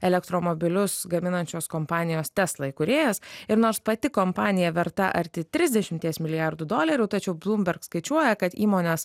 elektromobilius gaminančios kompanijos tesla įkūrėjas ir nors pati kompanija verta arti trisdešimties milijardų dolerių tačiau blumberg skaičiuoja kad įmonės